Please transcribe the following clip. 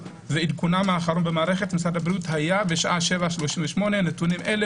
ועדכונם האחרון במערכת משרד הבריאות היה בשעה 7:38. נתונים אלו